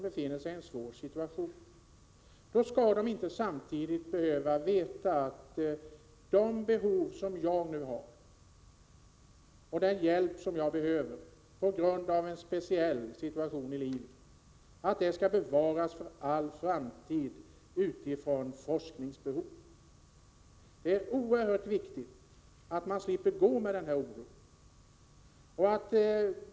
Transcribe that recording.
Deras situation blir ännu svårare om de vet att uppgifter om den hjälp de behöver på grund av en speciell situation i livet skall bevaras för all framtid för att tillfredsställa forskningsbehov. Det är oerhört viktigt att de slipper gå med den oron.